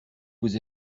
vous